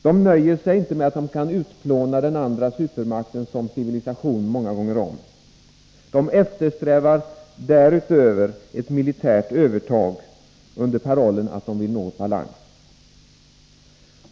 De nöjer sig inte med att de kan utplåna den andra supermakten som civilisation många gånger om. De eftersträvar därutöver ett militärt övertag under parollen att de vill nå balans.